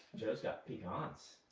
joe's got pecans.